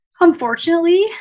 unfortunately